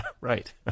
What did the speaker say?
Right